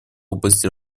области